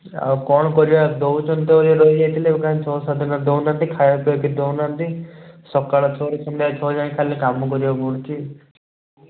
ଆଉ କ'ଣ କରିବା ଦେଉଛନ୍ତି ତ ଏଇ ରହିଯାଇଥିଲେ ଏବେ କାହିଁ ଛଅ ସାତ ଦିନ ହେଲାଣି ଦେଉନାହାନ୍ତି ଖାଇବା ପିଇବା କିଛି ଦେଉନାହାନ୍ତି ସକାଳ ଛଅରୁ ସନ୍ଧ୍ୟା ଛଅ ଯାଏଁ ଖାଲି କାମ କରିବାକୁ ପଡ଼ୁଛି